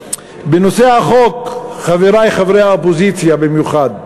בנושא החוק, חברי חברי האופוזיציה במיוחד.